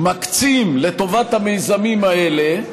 מקצים לטובת המיזמים האלה,